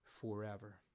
forever